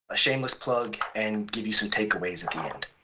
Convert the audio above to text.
a shameless plug and give you some takeaways at